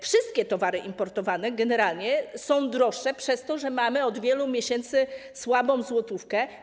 Wszystkie towary importowane generalnie są droższe przez to, że mamy od wielu miesięcy słabą złotówkę.